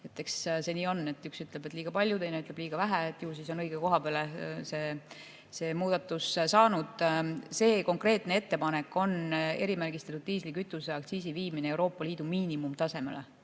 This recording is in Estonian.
see nii on, et üks ütleb, et liiga palju, teine ütleb, et liiga vähe. Ju siis on õige koha peale see muudatus saanud. Konkreetne ettepanek on viia erimärgistatud diislikütuse aktsiis Euroopa Liidu miinimumtasemele.